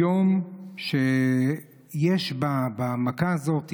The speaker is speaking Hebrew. כיום יש במכה הזאת,